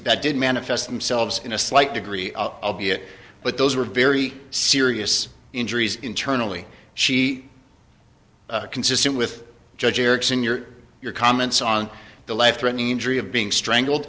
that did manifest themselves in a slight degree albeit but those were very serious injuries internally she consistent with judge erickson your your comments on the life threatening injury of being strangled